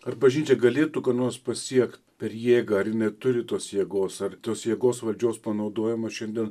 ar bažnyčia galėtų ko nors pasiekt per jėgą ar neturi tos jėgos ar tos jėgos valdžios panaudojimas šiandien